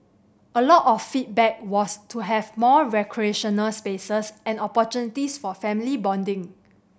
a lot of the feedback was to have more recreational spaces and opportunities for family bonding